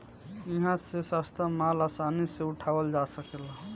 इहा से सस्ता माल आसानी से उठावल जा सकेला